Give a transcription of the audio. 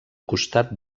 costat